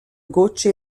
gocce